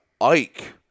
Ike